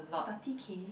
thirty K